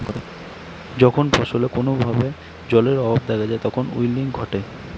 যখন ফসলে কোনো ভাবে জলের অভাব দেখা যায় তখন উইল্টিং ঘটে